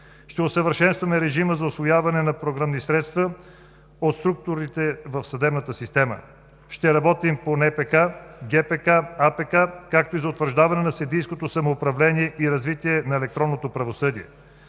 Ще усъвършенстваме режима за усвояване на програмни средства от структурите в съдебната система. Ще работим по НПК, ГПК, АПК, както и за утвърждаване на съдийското самоуправление и развитие на електронното правосъдие.